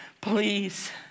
Please